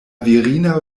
virina